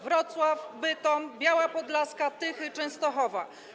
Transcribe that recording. Wrocław, Bytom, Biała Podlaska, Tychy, Częstochowa.